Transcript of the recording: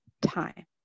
time